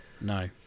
No